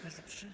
Bardzo proszę.